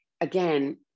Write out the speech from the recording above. again